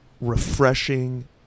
refreshing